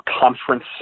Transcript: conference